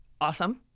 Awesome